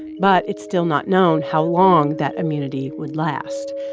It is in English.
but it's still not known how long that immunity would last.